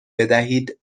بدهید